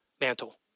mantle